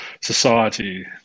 society